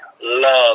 love